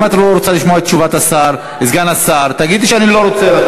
אם את לא רוצה לשמוע את תשובת סגן השר תגידי: אני לא רוצה.